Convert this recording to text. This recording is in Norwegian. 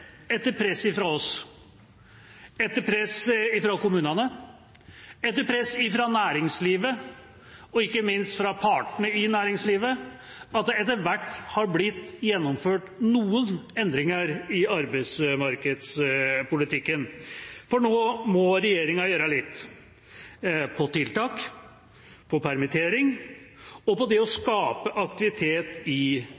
etter press fra oss, etter press fra kommunene, etter press fra næringslivet, og ikke minst fra partene i næringslivet, at det etter hvert har blitt gjennomført noen endringer i arbeidsmarkedspolitikken. Nå må regjeringa gjøre litt når det gjelder tiltak, permittering og det å